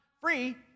free